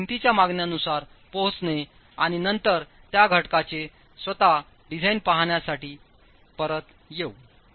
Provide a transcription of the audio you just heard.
मग भिंतींच्या मागण्यांनुसार पोहोचणे आणि नंतर त्या घटकांचे स्वतः डिझाइन करण्यासाठी परत येऊ